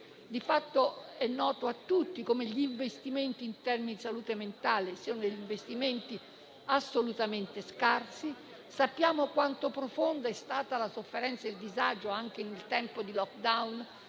Di fatto è noto a tutti che gli investimenti interni in salute mentale sono assolutamente scarsi. Sappiamo quanto profondi siano stati la sofferenza e il disagio, anche in tempo di *lockdown*,